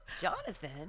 Jonathan